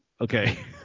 okay